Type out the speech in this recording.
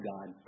God